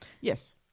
Yes